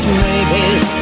maybe's